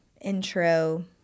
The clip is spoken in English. intro